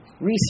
research